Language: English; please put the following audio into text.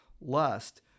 lust